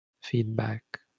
feedback